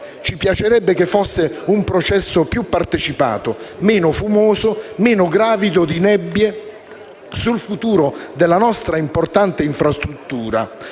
Ci piacerebbe che fosse un processo più partecipato, meno fumoso, meno gravido di nebbie sul futuro della nostra importante infrastruttura,